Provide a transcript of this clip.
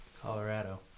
Colorado